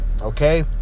Okay